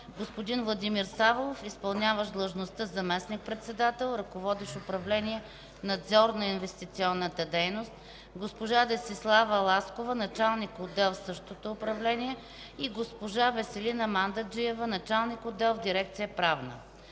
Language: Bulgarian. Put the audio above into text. господин Владимир Савов – изпълняващ длъжността заместник-председател, ръководещ управление „Надзор на инвестиционната дейност”, госпожа Десислава Ласкова – началник отдел в същото управление и госпожа Веселина Мандаджиева – началник отдел в дирекция „Правна”.